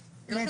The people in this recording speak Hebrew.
נכון,